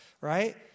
right